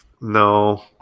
no